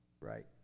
Right